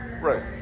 Right